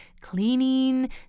cleaning